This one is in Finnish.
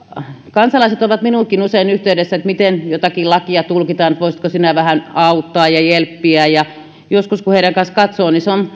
kansalaiset ovat minuunkin usein yhteydessä että miten jotakin lakia tulkitaan että voisitko sinä vähän auttaa ja jelppiä joskus kun heidän kanssaan katsoo